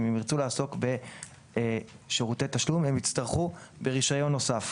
אם הם ירצו לעסוק בשירותי תשלום הם יצטרכו ברישיון נוסף.